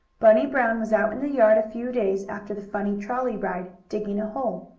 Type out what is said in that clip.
bunny brown was out in the yard, a few days after the funny trolley ride, digging a hole.